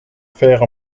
faire